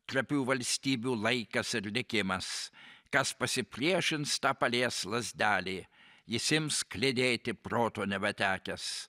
trapių valstybių laikas ir likimas kas pasipriešins tą palies lazdelė jis ims kliedėti proto nebetekęs